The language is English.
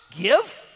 Give